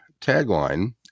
tagline